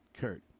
Kurt